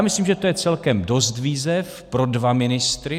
Myslím, že to je celkem dost výzev pro dva ministry.